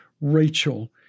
Rachel